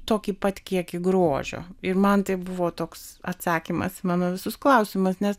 tokį pat kiekį grožio ir man tai buvo toks atsakymas į mano visus klausimus nes